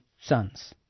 sons